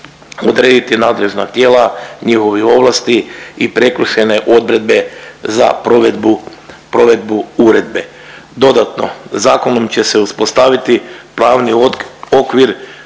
odrediti nadležna tijela, njihove ovlasti i prekršajne odbredbe za provedbu uredbe. Dodatno, zakonom će se uspostaviti pravni okvir